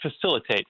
facilitate